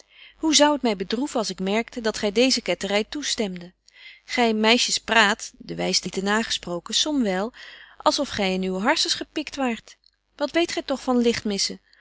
hoe zou het my bedroeven als ik merkte dat gy deeze kettery toestemde gy meisjes praat de wyste niet te na gesproken somwyl als of gy in uw harssens gepikt waart wat weet gy toch van